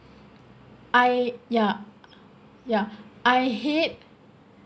I ya ya I hate